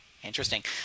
Interesting